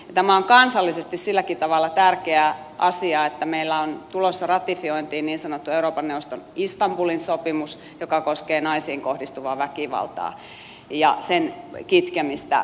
tämä on kansallisesti silläkin tavalla tärkeä asia että meille on tulossa ratifiointiin niin sanottu euroopan neuvoston istanbulin sopimus joka koskee naisiin kohdistuvaa väkivaltaa ja sen kitkemistä